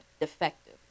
defective